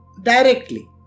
directly